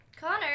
Connor